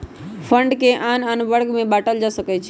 fund के आन आन वर्ग में बाटल जा सकइ छै